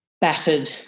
battered